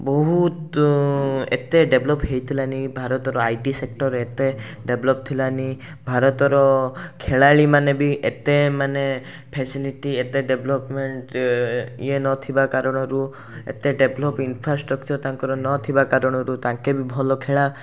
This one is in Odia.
ବହୁତ ଏତେ ଡେଭଲପ୍ ହେଇଥିଲାନି ଭାରତର ଆଇ ଟି ସେକ୍ଟର ଏତେ ଡେଭଲପ୍ ଥିଲାନି ଭାରତର ଖେଳାଳିମାନେ ବି ଏତେ ମାନେ ଫାସିଲିଟି ଏତେ ଡେଭପ୍ଲମେଣ୍ଟ ଇଏ ନଥିବା କାରଣରୁ ଏତେ ଡେଭଲପ୍ ଇନଫ୍ରାଷ୍ଟ୍ରକ୍ଚର ତାଙ୍କର ନ ଥିବା କାରଣରୁ ତାଙ୍କେ ବି ଭଲ ଖେଳା